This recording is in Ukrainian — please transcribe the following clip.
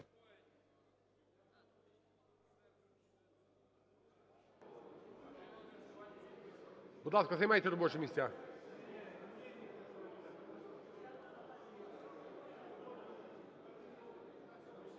Будь ласка, займайте робочі місця.